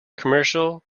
commercial